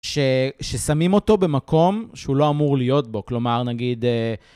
כששמים אותו במקום שהוא לא אמור להיות בו, כלומר, נגיד...